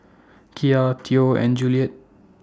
Kiya Theo and Juliette